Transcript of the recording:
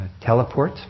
teleport